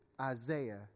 Isaiah